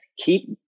keep